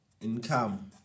income